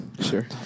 Sure